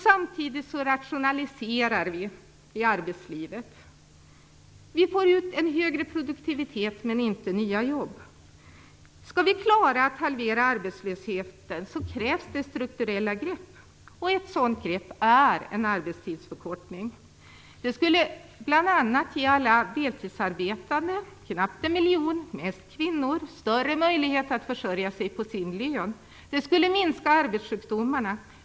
Samtidigt rationaliserar vi i arbetslivet. Vi får ut en högre produktivitet men inte nya jobb. Skall vi klara att halvera arbetslösheten krävs det strukturella grepp. Ett sådant grepp är en arbetstidsförkortning. Det skulle bl.a. ge alla deltidsarbetande - knappt en miljon, mest kvinnor - större möjlighet att försörja sig på sin lön. Det skulle minska arbetssjukdomarna.